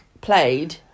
played